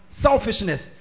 selfishness